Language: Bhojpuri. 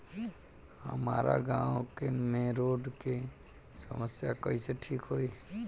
हमारा गाँव मे रोड के समस्या कइसे ठीक होई?